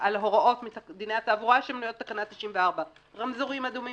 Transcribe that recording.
הוראות מדיני התעבורה שמנויות בתקנה 94 - רמזורים אדומים,